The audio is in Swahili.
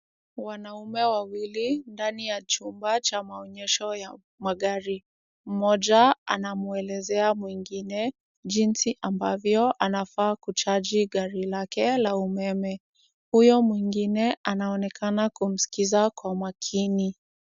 Wanaume wawili ndani ya chumba cha maonyesho ya magari. Mmoja anamwelezea mwingine, jinsi ambavyo anafaa ku charge gari lake la umeme. Huyo mwingine anaonekana kumsikiza kwa makini.